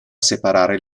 separare